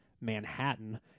Manhattan